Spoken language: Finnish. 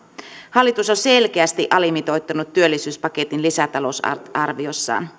hallitus on selkeästi alimitoittanut työllisyyspaketin lisätalousarviossaan